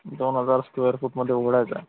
दोन हजार स्क्वेअर फूटमध्ये उघडायचं आहे